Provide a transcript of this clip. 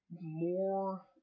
more